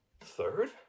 Third